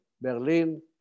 Berlin